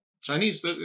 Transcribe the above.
Chinese